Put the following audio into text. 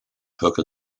hooker